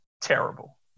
terrible